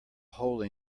hole